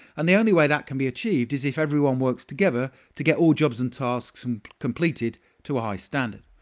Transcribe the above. and the only way that can be achieved is if everyone works together to get all jobs and tasks and completed to a high standard.